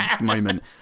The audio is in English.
moment